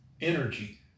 energy